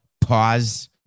pause